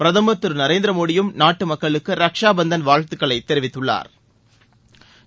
பிரதம் திரு நரேந்திரமோடியும் நாட்டு மக்களுக்கு ரக்ஷா பந்தன் வாழ்த்துக்களை தெரிவித்துள்ளாா்